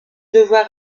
devoir